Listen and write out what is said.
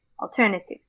alternatives